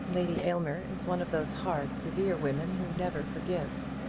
lady aylmer is one of those hard, severe women who never forgive.